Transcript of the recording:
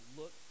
look